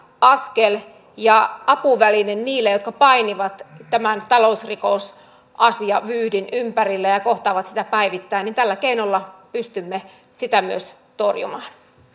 askel ja apuväline niille jotka painivat tämän talousrikosasiavyyhdin ympärillä ja ja kohtaavat sitä päivittäin ja tällä keinolla pystymme sitä myös torjumaan